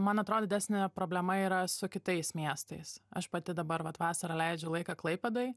man atrodo didesnė problema yra su kitais miestais aš pati dabar vat vasarą leidžiu laiką klaipėdoj